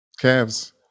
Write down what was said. Cavs